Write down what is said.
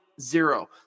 zero